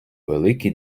великі